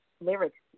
lyrics